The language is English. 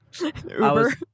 Uber